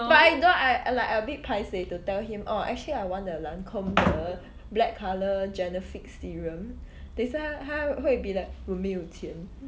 but I don't I I like a bit paiseh to tell him orh actually I want the Lancome the black colour genifique serum 等一下他他会会 be like 我没有钱